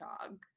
dog